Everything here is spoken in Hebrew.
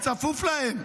צפוף להם.